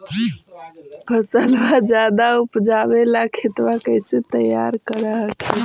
फसलबा ज्यादा उपजाबे ला खेतबा कैसे तैयार कर हखिन?